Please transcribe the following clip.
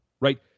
right